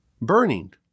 burning